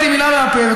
לא הוצאתי מילה מהפה,